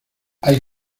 hay